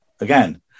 again